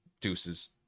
deuces